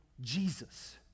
Jesus